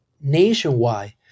nationwide